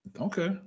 okay